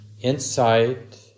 insight